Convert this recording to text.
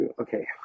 Okay